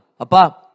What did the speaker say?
Apa